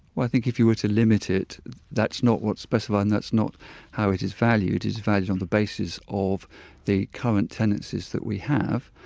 well i think if you were to limit it that's not what's specifying, that's not how it is valued, it is valued on the basis of the current tenancies that we have.